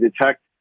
detect